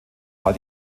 weil